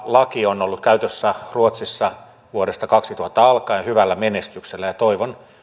laki on ollut käytössä ruotsissa vuodesta kaksituhatta alkaen hyvällä menestyksellä ja toivon